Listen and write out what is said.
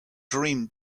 dream